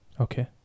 Okay